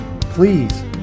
Please